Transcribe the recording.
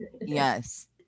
Yes